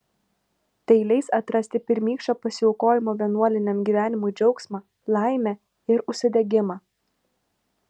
tai leis atrasti pirmykščio pasiaukojimo vienuoliniam gyvenimui džiaugsmą laimę ir užsidegimą